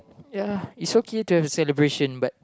ya it's okay to have celebration but